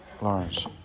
Lawrence